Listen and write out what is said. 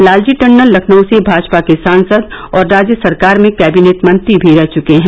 लालजी टंडन लखनऊ से भाजपा के सांसद और राज्य सरकार में कैबिनेट मंत्री भी रह चुके हैं